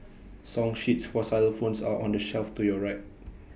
song sheets for xylophones are on the shelf to your right